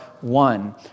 one